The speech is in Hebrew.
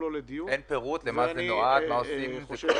אין פירוט למה זה נועד, מה עושים עם הכספים.